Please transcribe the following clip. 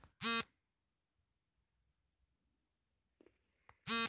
ಗೂಳಿಗಳನ್ನು ಬೇಸಾಯದ ಮತ್ತು ಸಾಮಾನ್ಯ ಕೃಷಿಗೆ ಬಳಸ್ತರೆ